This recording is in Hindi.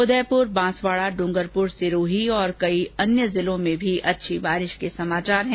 उदयपुर बांसवाडा डूंगरपुर सिरोही और कई अन्य जिलों में भी अच्छी वर्षा के समाचार हैं